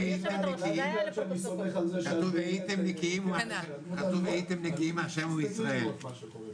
כתוב והייתם נקיים מהשם ומישראל.